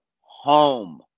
home